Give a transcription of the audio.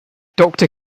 doctor